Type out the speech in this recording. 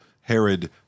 Herod